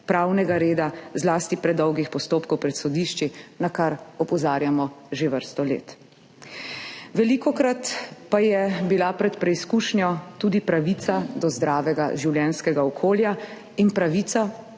pravnega reda, zlasti predolgih postopkov pred sodišči, na kar opozarjamo že vrsto let. Velikokrat je bila pred preizkušnjo tudi pravica do zdravega življenjskega okolja in pravica